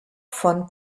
von